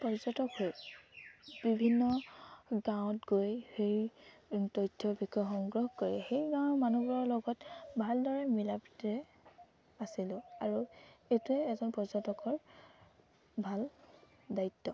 পৰ্যটক হৈ বিভিন্ন গাঁৱত গৈ সেই তথ্যৰ বিষয়ে সংগ্ৰহ কৰি সেই গাঁৱৰ মানুহবোৰৰ লগত ভালদৰে মিলা প্ৰীতিৰে আছিলোঁ আৰু এইটোৱে এজন পৰ্যটকৰ ভাল দায়িত্ব